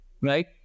right